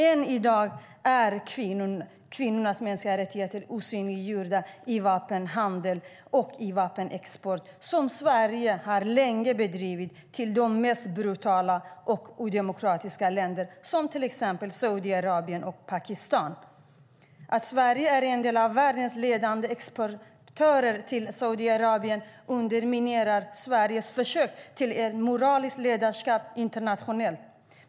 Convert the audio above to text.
Än i dag är kvinnors mänskliga rättigheter osynliggjorda i vapenhandeln och den vapenexport som Sverige länge har bedrivit till de mest brutala och odemokratiska länderna, som till exempel Saudiarabien och Pakistan. Att Sverige är en av världens ledande vapenexportörer till Saudiarabien underminerar Sveriges försök till moraliskt ledarskap internationellt.